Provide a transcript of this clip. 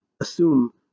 assume